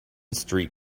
street